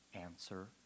answer